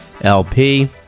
LP